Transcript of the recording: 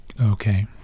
Okay